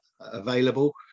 available